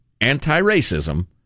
anti-racism